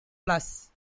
plus